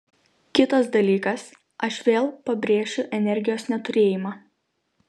kitas dalykas aš vėl pabrėšiu energijos neturėjimą